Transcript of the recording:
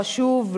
חשוב,